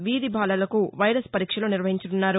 వీధి బాలలకు వైరస్ వరీక్షలు నిర్వహించనున్నారు